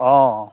অঁ